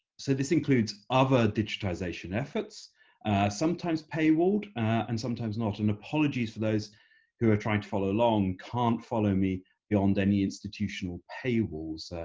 so this includes other digitization efforts sometimes paywall and sometimes not, and apologies for those who are trying to follow along can't follow me beyond any institutional paywalls